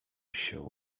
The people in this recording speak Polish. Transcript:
się